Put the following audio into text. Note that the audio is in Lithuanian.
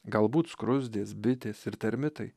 galbūt skruzdės bitės ir termitai